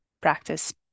practice